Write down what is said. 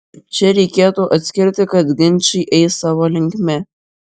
čia reikėtų atskirti kad ginčai eis savo linkme